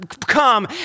come